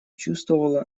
чувствовала